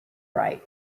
right